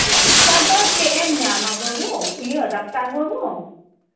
ᱥᱩᱵᱤᱛᱟ ᱫᱚ ᱪᱮᱫ ᱮᱢ ᱧᱟᱢᱟ ᱵᱟᱹᱵᱩ ᱤᱭᱟᱹ ᱰᱟᱠᱛᱟᱨ ᱵᱟᱹᱵᱩ